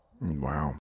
Wow